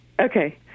okay